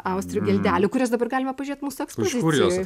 austrių geldelių kurias dabar galima pažiūrėt mūsų ekspozicijoj